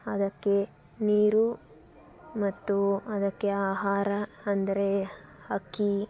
ಅದಕ್ಕೆ ನೀರು ಮತ್ತು ಅದಕ್ಕೆ ಆಹಾರ ಅಂದರೆ ಹಕ್ಕಿ